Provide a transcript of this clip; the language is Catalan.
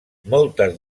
moltes